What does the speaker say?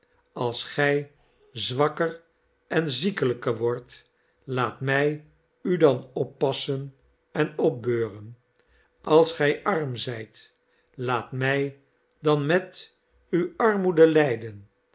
als gij z wakker en ziekelijker wordt laat mij u dan oppassen en opbeuren als gij arm zijt laat mij dan met u armoede lijden